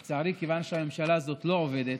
לצערי, כיוון שהממשלה הזאת לא עובדת,